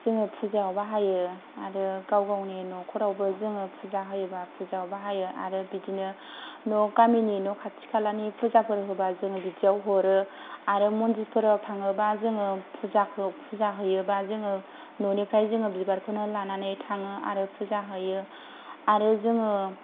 जोङो फुजायाव बाहायो आरो गाव गावनि न'खरावबो जोङो फुजा होयोब्ला फुजायाव बाहायो आरो बिदिनो न' गमिनि न' खाथि खालानि फुजाफोर होबा जों बिदियाव हरो आरो मन्दिरफोराव थाङोब्ला जोङो फुजा हैयोब्ला जोङो न'निफ्राय जों बिबारखौनो लानानै थाङो आरो फुजा हैयो आरो जोङो